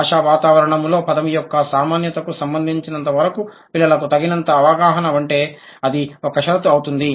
భాషా వాతావరణంలో పదం యొక్క సామాన్యతకు సంబంధించినంత వరకు పిల్లలకు తగినంత అవగహన ఉంటే అది ఒక షరతు అవుతుంది